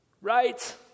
Right